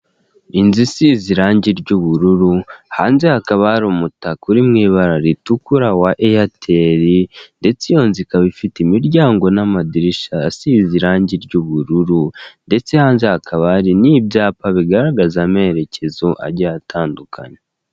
Inzu isize irange ry'ubururu hanze hakaba hari umutaka w'ibara ritukura wa eyateli ndetse iyo nzu ikaba ifite imiryango n'amadirishya asize irange ry'ubururu ndetse hanze hakaba hari n'ibyaba bigaragaza amerekezo atandukanye.